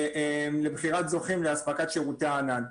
לבחירת הזוכים לאספקת שירותי ענן.